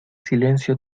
silencio